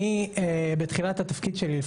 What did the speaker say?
אני בתחילת התפקיד שלי,